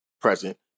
present